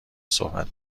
صحبت